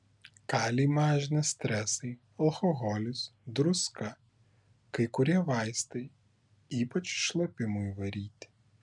kalį mažina stresai alkoholis druska kai kurie vaistai ypač šlapimui varyti